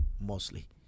mostly